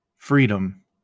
Freedom